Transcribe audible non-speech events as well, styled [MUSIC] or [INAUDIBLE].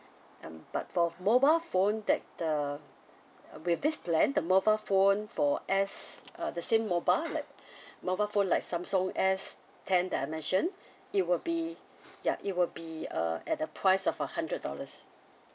um but for mobile phone that uh with this plan the mobile phone for S uh the same mobile like [BREATH] mobile phone like samsung S ten that I mention [BREATH] it would be ya it would be uh at the price of a hundred dollars